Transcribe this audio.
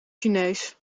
chinees